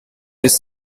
his